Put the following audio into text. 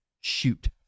Shoot